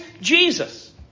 Jesus